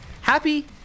Happy